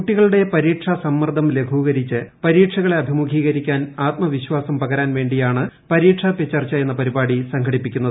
കുട്ടികളുടെ പരീക്ഷാസമ്മർദ്ദം ലഘൂകരിച്ച് പരീക്ഷകളെ അഭിമുഖീകരിക്കാൻ ആത്മവിശ്വാസം പകരാൻ വേണ്ടിയാണ് പരീക്ഷാ പേ ചർച്ച എന്ന പരിപാടി സംഘടിപ്പിക്കുന്നത്